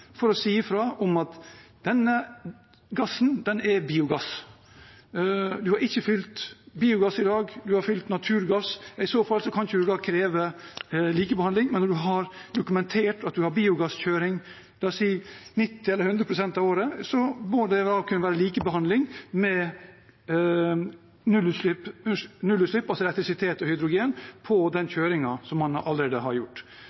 for å si fra om at denne gassen, den er biogass. Hvis man ikke har fylt biogass i dag, men naturgass, kan man i så fall ikke kreve likebehandling, men når man har dokumentert at man kjører på biogass i la oss si 90 pst. eller 100 pst. av året, må det kunne være likebehandling med nullutslipp – altså elektrisitet og hydrogen – på den kjøringen man allerede har gjort.